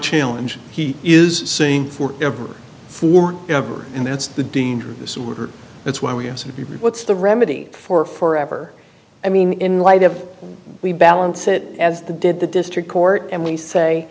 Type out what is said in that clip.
challenge he is saying for ever for ever and that's the danger of this order that's why we have to be what's the remedy for forever i mean in light of we balance it as did the district court and we say